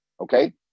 okay